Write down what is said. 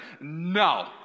No